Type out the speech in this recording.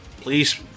please